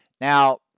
Now